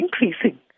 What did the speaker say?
increasing